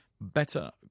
better